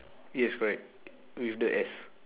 yes correct with the S